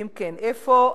ואם כן, איפה?